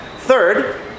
Third